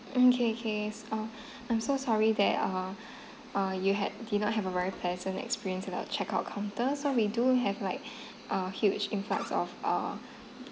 mm okay okay so I'm so sorry that uh uh you had did not have a very pleasant experience at the checkout counter so we do have like a huge influx of uh